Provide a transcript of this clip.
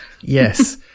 Yes